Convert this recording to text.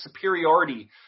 superiority